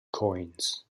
coins